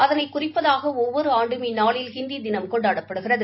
அதனை குறிப்பதாக ஒவ்வொரு ஆண்டும் இந்நாளில் ஹிந்தி தினம் கொண்டாடப்படுகிறது